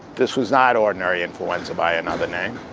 this was not ordinary influenza by another name.